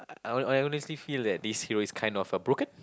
I I honestly feel this hero is kind of uh broken